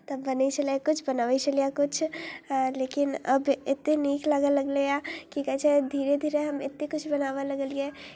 तऽ बनै छलै किछु बनाबै छलियै किछु लेकिन आब एतेक नीक लागय लगलैए की कहै छै धीरे धीरे हम एतेक कुछ बनाबय लगलियै